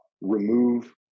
remove